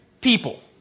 people